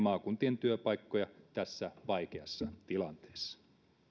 maakuntien työpaikkoja tässä vaikeassa tilanteessa